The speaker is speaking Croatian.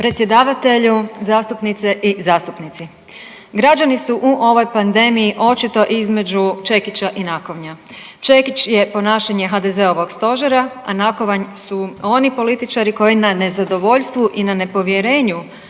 Predsjedavatelju, zastupnice i zastupnici. Građani su u ovoj pandemiji očito između čekića i nakovnja. Čekić je ponašanje HDZ-ovog stožera, a nakovanj su oni političari koji na nezadovoljstvu i na nepovjerenju